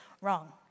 wrong